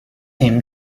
him